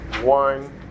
One